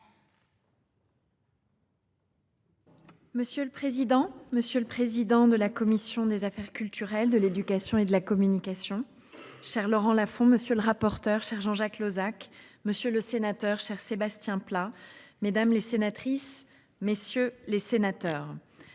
Monsieur le président, monsieur le président de la commission des affaires culturelles de l'éducation et de la communication. Cher Laurent Lafon, monsieur le rapporteur. Chers Jean-Jacques Lozach Monsieur le sénateur cher Sébastien Pla mesdames les sénatrices messieurs les sénateurs.